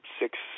six